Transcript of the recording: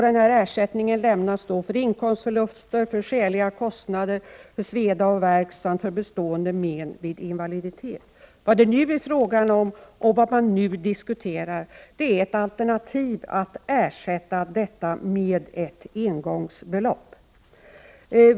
Denna ersättning lämnas för inkomstförluster, för skäliga kostnader, för sveda och värk samt för bestående men vid invaliditet. Vad det nu är fråga om, och som nu diskuteras, är ett alternativ som innebär att denna ersättning skulle ersättas med ett engångsbelopp.